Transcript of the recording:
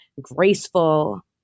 graceful